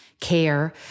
care